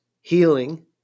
healing